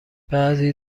بعضی